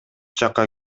жакка